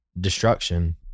destruction